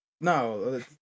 No